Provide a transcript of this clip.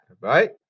Right